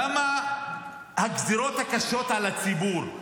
למה הגזרות הקשות על הציבור?